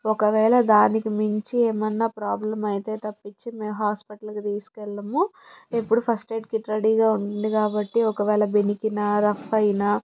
ఒకవేళ దానికి మించి ఏమన్నా ప్రాబ్లం అయితే తప్పించి మేము హాస్పిటల్కి తీసుకెళ్ళము ఎప్పుడు ఫస్ట్ ఎయిడ్ కిట్ రెడీగా ఉంది కాబట్టి ఒకవేళ బెణికినా రఫ్ అయినా